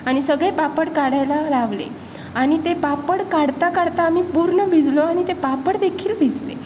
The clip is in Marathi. आणि सगळे पापड काढायला लावले आणि ते पापड काढता काढता आम्ही पूर्ण भिजलो आणि ते पापड देखील भिजले